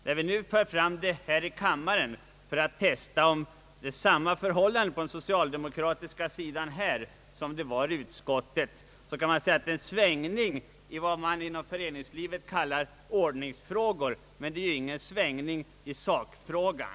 När vi nu för fram förslaget här i kammaren för att testa om förhållandet är detsamma på den socialdemokratiska sidan här i kammaren som det var i utskottet kan man säga att om det har skett en svängning så är det i fråga om vad man inom föreningskunskapen kallar en ordningsfråga. Det är ingen svängning i sakfrågan.